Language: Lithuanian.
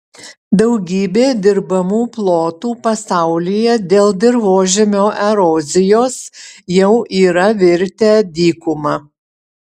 daugybė dirbamų plotų pasaulyje dėl dirvožemio erozijos jau yra virtę dykuma